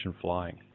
flying